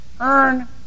earn